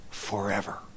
forever